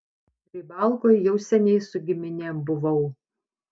rybalkoj jau seniai su giminėm buvau